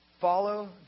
Follow